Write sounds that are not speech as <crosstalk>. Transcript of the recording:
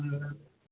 <unintelligible>